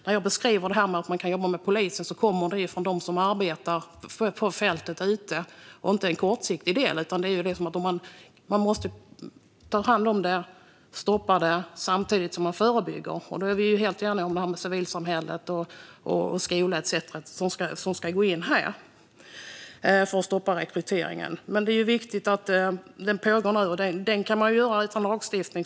Det jag beskriver om hur man kan jobba med polisen kommer från dem som arbetar ute på fältet. Det är inte kortsiktigt, utan man måste ta hand om det och stoppa det samtidigt som man förebygger. Där är vi helt eniga om att civilsamhället, skolan etcetera ska gå in för att stoppa rekryteringen. Detta pågår nu, och det kan man göra utan lagstiftning.